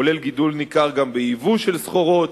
כולל גידול ניכר גם בייבוא של סחורות.